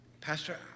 Pastor